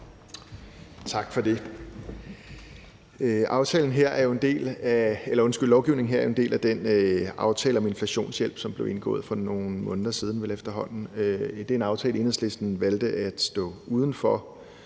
Tak for det. Lovgivningen her er jo en del af den aftale om inflationshjælp, som blev indgået for vel efterhånden nogle måneder siden. Det er en aftale, Enhedslisten valgte at stå uden for,